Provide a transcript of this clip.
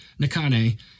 nakane